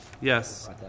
yes